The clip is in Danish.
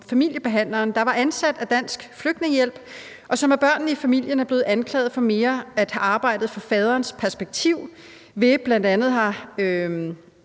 familiebehandleren, der var ansat af Dansk Flygtningehjælp, og som af børnene i familien er blevet anklaget for mere at have arbejdet for farens perspektiv ved bl.a.